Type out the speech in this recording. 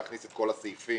להכניס את כל הסעיפים